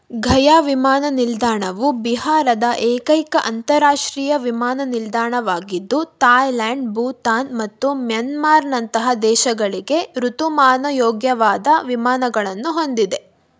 ಗಯಾ ವಿಮಾನ ನಿಲ್ದಾಣವು ಬಿಹಾರದ ಏಕೈಕ ಅಂತಾರಾಷ್ಟ್ರೀಯ ವಿಮಾನ ನಿಲ್ದಾಣವಾಗಿದ್ದು ತಾಯ್ಲ್ಯಾಂಡ್ ಭೂತಾನ್ ಮತ್ತು ಮೆನ್ಮಾರ್ನಂತಹ ದೇಶಗಳಿಗೆ ಋತುಮಾನ ಯೋಗ್ಯವಾದ ವಿಮಾನಗಳನ್ನು ಹೊಂದಿದೆ